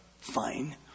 fine